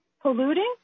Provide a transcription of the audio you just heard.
polluting